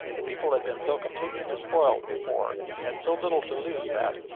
the people had been so completely despoiled before and had so little to lose that,